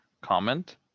comment